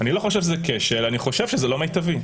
אני לא חושב שזה כשל, אני חושב שזה לא מיטבי.